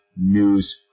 news